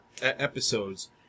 episodes